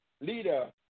Leader